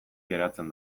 geratzen